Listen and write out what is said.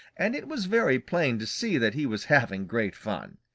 and it was very plain to see that he was having great fun.